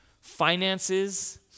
finances